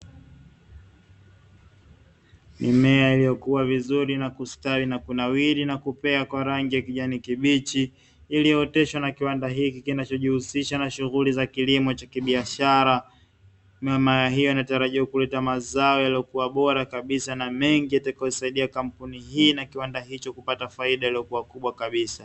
Mimea iliyokua vizuri na kustawi na kunawiri na kupea kwa rangi ya kijani kibichi, iliyooteshwa na kiwanda hiki kinachojihusisha na shughuli za kilimo cha kibiashara. Mimea hiyo inatarajiwa kuleta mazao yaliyokua bora kabisa na mengi yatakayoisaidia kampuni hii na kiwanda hicho kupata faida iliyokua kubwa kabisa.